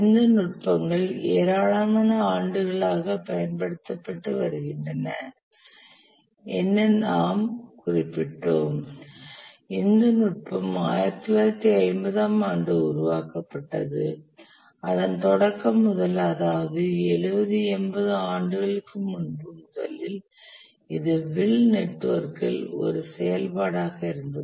இந்த நுட்பங்கள் ஏராளமான ஆண்டுகளாக பயன்படுத்தப்பட்டு வருகின்றன என்ன நாம் குறிப்பிட்டோம் இந்த நுட்பம் 1950 ஆம் ஆண்டு உருவாக்கப்பட்டது அதன் தொடக்க முதல் அதாவது சுமார் 70 80 ஆண்டுகளுக்கு முன்பு முதலில் இது வில் நெட்வொர்க்கில் ஒரு செயல்பாடாக இருந்தது